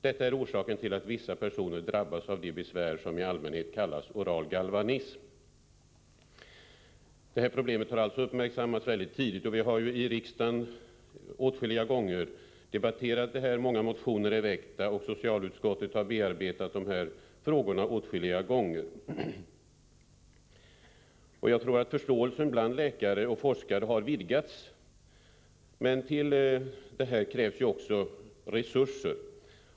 Detta är orsaken till att vissa personer drabbas av de besvär som i allmänhet kallas oral galvanism.” Problemet har alltså uppmärksammats mycket tidigt. Vid ett flertal tillfällen har vi debatterat det också här i riksdagen — många motioner i ämnet har väckts, och socialutskottet har behandlat dessa frågor åtskilliga gånger. Kunskaperna på detta område har vidgats bland läkare och forskare, men för att lösa problemen krävs resurser.